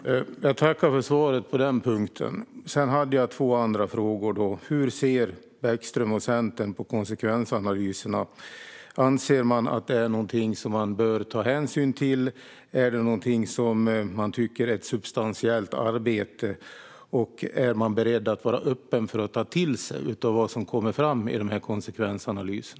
Herr ålderspresident! Jag tackar för svaren på den punkten. Sedan hade jag två andra frågor. Hur ser Bäckström och Centern på konsekvensanalyserna? Anser man att det är någonting som man bör ta hänsyn till? Är det någonting som man tycker är ett substantiellt arbete, och är man beredd att vara öppen för att ta till sig av vad som kommer fram i dessa konsekvensanalyser?